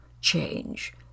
change